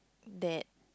that